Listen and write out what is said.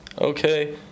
okay